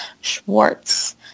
Schwartz